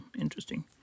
Interesting